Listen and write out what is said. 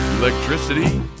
electricity